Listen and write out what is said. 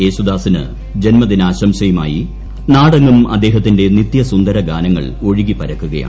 യേശുദാസിന് ജന്മദിനാശംസയുമായി നാടെങ്ങും അദ്ദേഹത്തിന്റെ നിത്യസുന്ദര ഗാനങ്ങൾ ഒഴുകിപ്പരക്കുകയാണ്